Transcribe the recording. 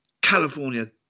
California